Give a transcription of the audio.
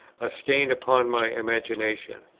a stain upon my imagination.